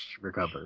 recover